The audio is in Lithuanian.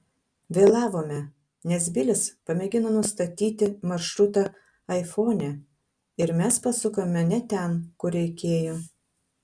vėlavome nes bilis pamėgino nustatyti maršrutą aifone ir mes pasukome ne ten kur reikėjo